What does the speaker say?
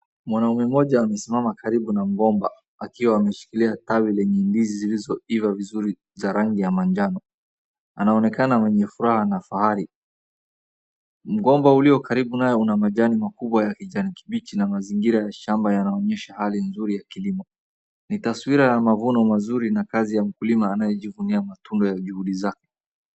Mwanamume mmoja amesimama karibu na mgomba akiwa ameshikilia tawi lenye ndizi zilizoiva vizuri za rangi ya manjano. Anaonekana wenye furaha na fahari. Mgomba ulio karibu nayo una majani makubwa ya kijani kibichi na mazingira ya shamba yanaonyesha hali nzuri ya kilimo. Ni taswira ya mavuno mazuri na kazi ya mkulima anayejivunia matunda ya juhudi zake.